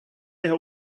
jeho